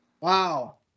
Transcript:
Wow